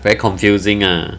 very confusing ah